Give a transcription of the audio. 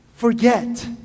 Forget